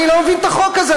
אני לא מבין את החוק הזה.